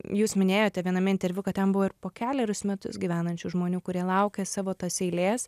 jūs minėjote viename interviu kad ten buvo ir po kelerius metus gyvenančių žmonių kurie laukia savo tos eilės